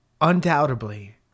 undoubtedly